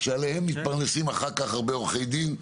שעליהם מתפרנסים אחר כך הרבה עורכי דין.